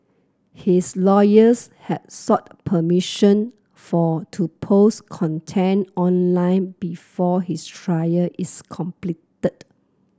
his lawyers had sought permission for to post content online before his trial is completed